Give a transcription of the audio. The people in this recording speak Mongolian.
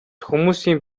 хүмүүсийн